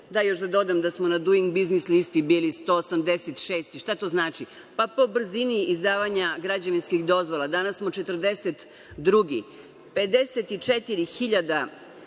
da još dodam da smo na Duing biznis listi bili 186. Šta to znači? Po brzini izdavanja građevinskih dozvola, danas smo 42. Imamo